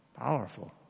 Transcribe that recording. Powerful